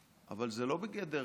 אבל זה לא בגדר